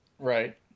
Right